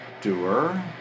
doer